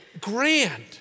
grand